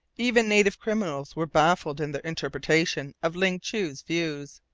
even native criminals were baffled in their interpretation of ling chu's views,